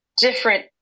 different